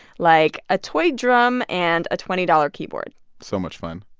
like a toy drum and a twenty dollars keyboard so much fun.